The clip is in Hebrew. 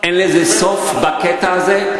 אין לזה סוף בקטע הזה?